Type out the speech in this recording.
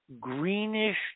greenish